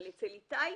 אבל אצל איתי,